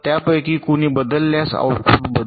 तर द त्यापैकी कोणीही बदलल्यास आउटपुट बदलेल